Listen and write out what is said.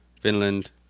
Finland